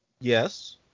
Yes